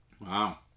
Wow